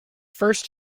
first